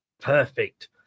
Perfect